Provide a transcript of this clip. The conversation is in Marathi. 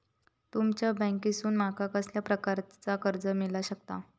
तुमच्या बँकेसून माका कसल्या प्रकारचा कर्ज मिला शकता?